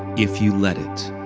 if you let it.